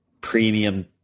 premium